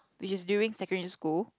which is during secondary school